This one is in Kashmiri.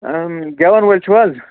گیٚوَن وٲلۍ چھُو حظ